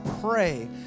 pray